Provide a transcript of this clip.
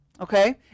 Okay